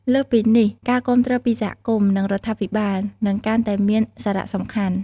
លើសពីនេះ ការគាំទ្រពីសហគមន៍ និងរដ្ឋាភិបាល នឹងកាន់តែមានសារៈសំខាន់។